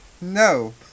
No